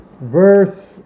verse